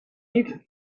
niet